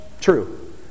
True